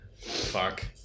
fuck